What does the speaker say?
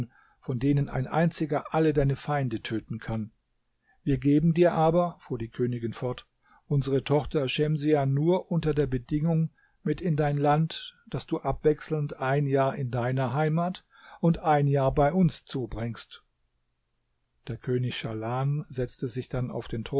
von denen ein einziger alle deine feinde töten kann wir geben dir aber fuhr die königin fort unsere tochter schemsiah nur unter der bedingung mit in dein land daß du abwechselnd ein jahr in deiner heimat und ein jahr bei uns zubringst der könig schahlan setzte sich dann auf den